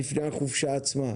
לפני החופשה עצמה.